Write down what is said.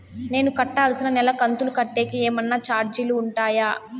నేను కట్టాల్సిన నెల కంతులు కట్టేకి ఏమన్నా చార్జీలు ఉంటాయా?